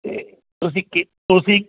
ਅਤੇ ਤੁਸੀਂ ਕਿ ਤੁਸੀਂ